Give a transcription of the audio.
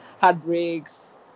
heartbreaks